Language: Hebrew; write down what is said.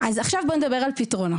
אז עכשיו בואו נדבר על פתרונות,